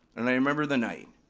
and i remember the night.